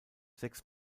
sechs